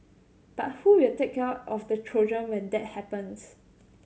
but who will take care of the children when that happens